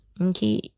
Okay